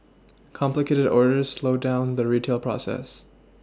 complicated orders slowed down the retail process